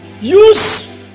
use